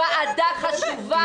ועדה חשובה,